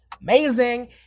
amazing